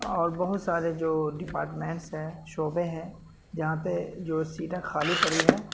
اور بہت سارے جو ڈپاٹمنٹس ہیں شعبے ہیں جہاں پہ جو سیٹیں خالی پڑی ہیں